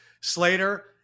Slater